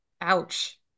Ouch